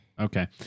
Okay